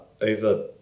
over